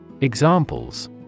Examples